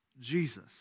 Jesus